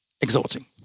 Exhorting